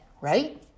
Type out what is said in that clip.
right